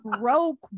broke